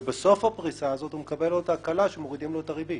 ובסוף הפריסה הזאת הוא מקבל עוד הקלה שמורידים לו את הריבית.